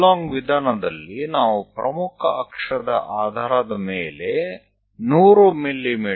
ಈ ಒಬ್ಲೊಂಗ್ ವಿಧಾನದಲ್ಲಿ ನಾವು ಪ್ರಮುಖ ಅಕ್ಷದ ಆಧಾರದ ಮೇಲೆ 100 ಮಿ